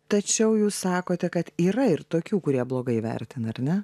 tačiau jūs sakote kad yra ir tokių kurie blogai vertina ar ne